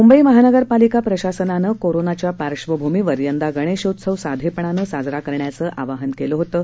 मुंबई महानगर पालिका प्रशासनानं कोरोनाच्या पार्श्वभुमीवर यंदा गणेशत्सव साधेपणानं साजरा करण्याचं आवाहन केलं होतं